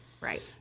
right